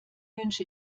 wünsche